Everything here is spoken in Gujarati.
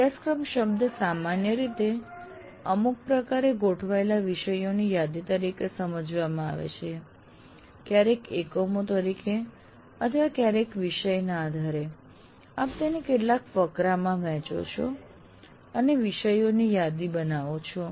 અભ્યાસક્રમ શબ્દ સામાન્ય રીતે અમુક પ્રકારે ગોઠવાયેલા વિષયોની યાદી તરીકે સમજવામાં આવે છે ક્યારેક એકમો તરીકે અથવા ક્યારેક વિષયના આધારે આપ તેને કેટલાક ફકરામાં વહેંચો છો અને વિષયોની યાદી બનાવો છો